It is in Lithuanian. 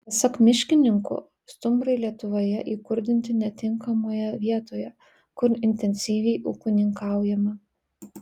pasak miškininkų stumbrai lietuvoje įkurdinti netinkamoje vietoje kur intensyviai ūkininkaujama